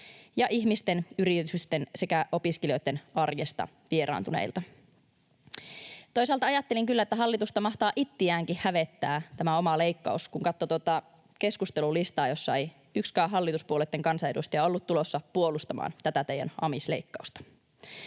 ja ihmisten, yritysten sekä opiskelijoitten arjesta vieraantuneilta. Toisaalta ajattelin kyllä, että hallitusta mahtaa itseäänkin hävettää tämä oma leikkaus, kun katsoin tuota keskustelulistaa, jossa yksikään hallituspuolueitten kansanedustaja ei ollut tulossa puolustamaan tätä teidän amisleikkaustanne.